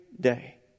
day